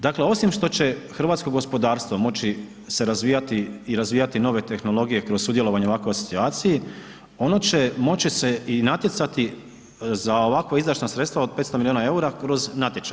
Dakle, osim što će hrvatsko gospodarstvo moći se razvijati i razvijati nove tehnologije kroz sudjelovanje u ovakvoj asocijaciji, ono će moći se i natjecati za ovako izdašna sredstva od 500 miliona EUR-a kroz natječaj.